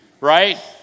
Right